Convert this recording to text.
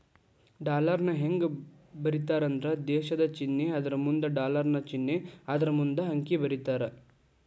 ಡಾಲರ್ನ ಹೆಂಗ ಬರೇತಾರಂದ್ರ ದೇಶದ್ ಚಿನ್ನೆ ಅದರಮುಂದ ಡಾಲರ್ ಚಿನ್ನೆ ಅದರಮುಂದ ಅಂಕಿ ಬರೇತಾರ